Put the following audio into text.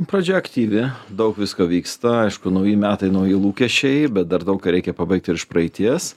pradžia aktyvi daug visko vyksta aišku nauji metai nauji lūkesčiai bet dar daug ką reikia pabaigti ir iš praeities